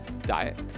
diet